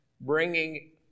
bringing